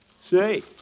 Say